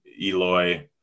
Eloy